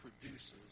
produces